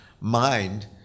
mind